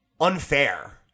unfair